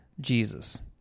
Jesus